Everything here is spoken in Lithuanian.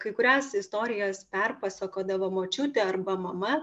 kai kurias istorijas perpasakodavo močiutė arba mama